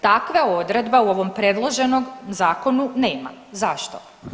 Takva odredba u ovom predloženom zakonu nema, zašto?